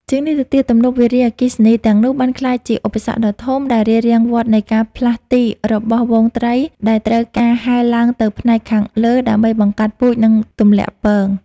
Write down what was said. ជាងនេះទៅទៀត ទំនប់វារីអគ្គិសនីទាំងនោះបានក្លាយជាឧបសគ្គដ៏ធំ ដែលរារាំងវដ្តនៃការផ្លាស់ទីរបស់ហ្វូងត្រី ដែលត្រូវការហែលឡើងទៅផ្នែកខាងលើដើម្បីបង្កាត់ពូជ និងទម្លាក់ពង។